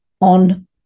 on